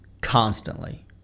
constantly